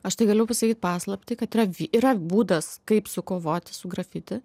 aš tai galiu pasakyt paslaptį kad yra yra būdas kaip sukovoti su grafiti